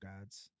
gods